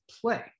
play